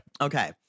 Okay